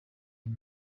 uyu